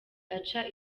aca